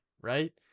right